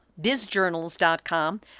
BizJournals.com